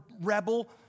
rebel